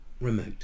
remote